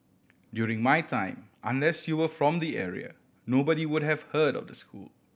during my time unless you were from the area nobody would have heard of the school